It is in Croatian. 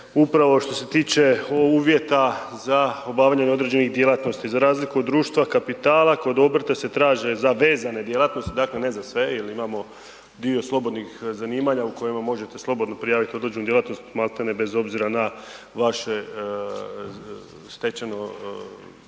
upravo što se tiče uvjeta za obavljanje određenih djelatnosti. Za razliku od društva kapitala kod obrta se traže za vezane djelatnosti, dakle ne za sve jer imamo dio slobodnih zanimanja u kojima možete slobodno prijaviti određenu djelatnost maltene bez obzira na vaše stečeno